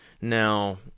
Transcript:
Now